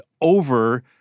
over